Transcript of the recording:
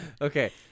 Okay